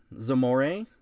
Zamore